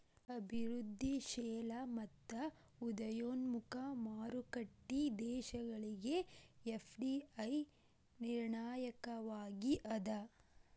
ಅಭಿವೃದ್ಧಿಶೇಲ ಮತ್ತ ಉದಯೋನ್ಮುಖ ಮಾರುಕಟ್ಟಿ ದೇಶಗಳಿಗೆ ಎಫ್.ಡಿ.ಐ ನಿರ್ಣಾಯಕವಾಗಿ ಅದ